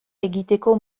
egiteko